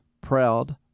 proud